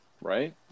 right